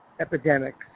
epidemics